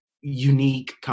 unique